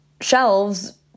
shelves